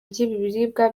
ry’ibiribwa